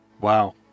Wow